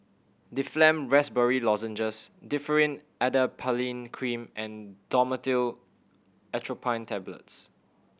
Difflam Raspberry Lozenges Differin Adapalene Cream and Dhamotil Atropine Tablets